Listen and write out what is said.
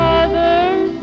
others